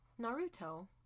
Naruto